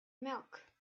milk